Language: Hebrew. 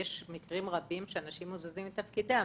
יש מקרים רבים שאנשים מוזזים מתפקידם.